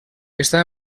està